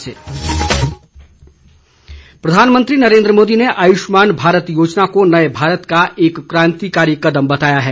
प्रधानमंत्री प्रधानमंत्री नरेंद्र मोदी ने आयुष्मान भारत योजना को नये भारत का एक क्रांतिकारी कदम बताया है